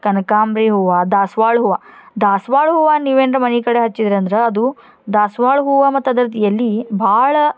ಕನಕಾಂಬ್ರ ಹೂವು ದಾಸ್ವಾಳ ಹೂವು ದಾಸ್ವಾಳ ಹೂವು ನೀವೇನರ ಮನೆ ಕಡೆ ಹಚ್ಚಿದ್ರೆಂದ್ರೆ ಅದು ದಾಸ್ವಾಳ ಹೂವು ಮತ್ತು ಅದ್ರದ್ದು ಎಲೆ ಭಾಳ